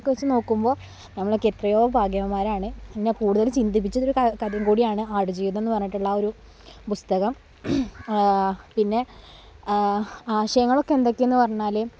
അതൊക്കെ വെച്ച് നോക്കുമ്പോൾ നമ്മളൊക്കെ എത്രയോ ഭാഗ്യവാന്മാരാണ് എന്നേ കൂടുതൽ ചിന്തിപ്പിച്ചൊരു കഥയും കൂടിയാണ് ആടുജീവിതം എന്നു പറഞ്ഞിട്ടുള്ള ആ ഒരു പുസ്തകം പിന്നെ ആശയങ്ങള് ഒക്കെ എന്തൊക്കെയെന്നു പറഞ്ഞാൽ